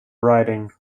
riding